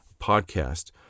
podcast